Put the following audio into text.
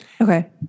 Okay